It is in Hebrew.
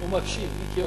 הוא מקשיב.